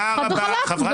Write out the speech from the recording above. חד וחלק.